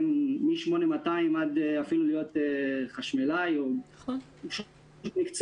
מ-8200 ועד אפילו להיות חשמלאי או בעל מקצוע,